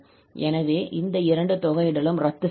எனவே இந்த இரண்டு தொகையிடலும் ரத்து செய்யப்படும்